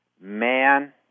man